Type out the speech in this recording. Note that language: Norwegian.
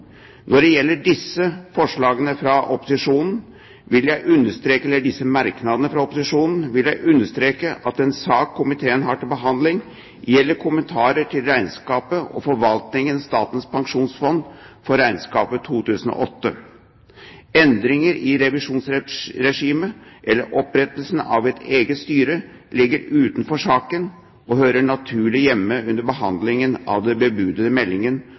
Når det gjelder disse merknadene fra opposisjonen, vil jeg understreke at den sak komiteen har til behandling, gjelder kommentarer til regnskapet og forvaltningen av Statens pensjonsfond for regnskapsåret 2008. Endringer i revisjonsregime eller opprettelse av et eget styre ligger utenfor saken og hører naturlig hjemme under behandlingen av den bebudede meldingen